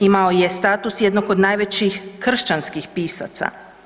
Imao je status jednog od najvećih kršćanskih pisaca.